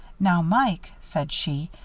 now, mike, said she,